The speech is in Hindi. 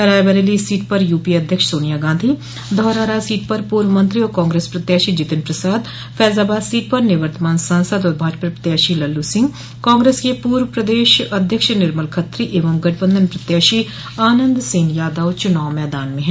रायबरेली सीट पर यूपीए अध्यक्ष सोनिया गांधी धारहरा सीट पर पूर्व मंत्री और कांग्रेस प्रत्याशी जितिन प्रसाद फैजाबाद सीट पर निवर्तमान सांसद और भाजपा प्रत्याशी लल्लू सिंह कांग्रेस के पूर्व प्रदेश अध्यक्ष निर्मल खत्री एवं गठबंधन प्रत्याशी आनन्द सेन यादव चुनाव मैदान में हैं